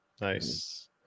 Nice